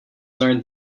learned